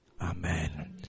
Amen